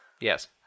Yes